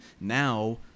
now